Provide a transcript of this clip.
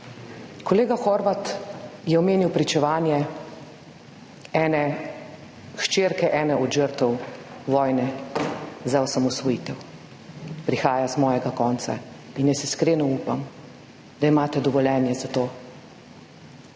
Kolega Horvat je omenil pričevanje hčerke ene od žrtev vojne za osamosvojitev. Prihaja z mojega konca in jaz iskreno upam, da imate dovoljenje za to.